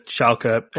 Schalke